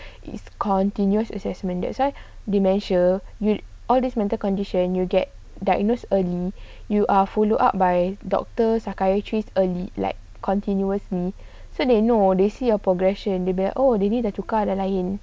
it's continuous assessment that's why dementia you'd all these mental condition you get diagnosed early you are follow up by doctor psychiatrist early like continuously so they know they see a progression dia ni oh dia ni dah tukar dah lain